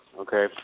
Okay